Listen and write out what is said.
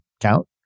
count